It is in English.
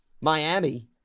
Miami